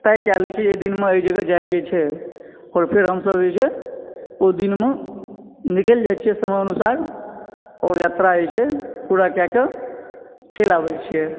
तय कए लए छी जे अय दिनमे अय जगह जाइके छै आओर फेर हमसब जे छै ओ दिनमे निकलि जाइ छै समयानुसार ओ यात्रा जे छै पूरा कए कऽ चलि आबै छियै